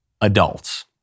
adults